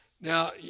Now